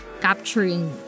capturing